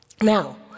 Now